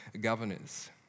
governors